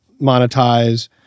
monetize